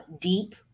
deep